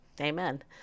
Amen